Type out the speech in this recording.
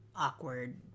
awkward